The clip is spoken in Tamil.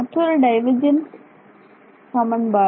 மற்றொரு டைவர்ஜென்ஸ் சமன்பாடு